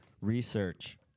research